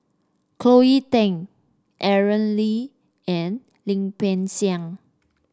Cleo Thang Aaron Lee and Lim Peng Siang